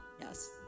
Yes